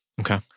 Okay